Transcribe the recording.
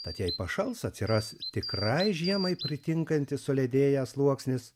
tad jei pašals atsiras tikrai žiemai pritinkantis suledėjęs sluoksnis